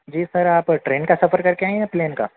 جی sir آپ train کا سفر کر کے آئے ہیں یا پلین کا